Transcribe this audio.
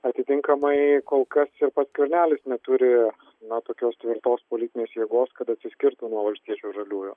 atitinkamai kol kas ir pats skvernelis neturi na tokios tvirtos politinės jėgos kad atsiskirtų nuo valstiečių ir žaliųjų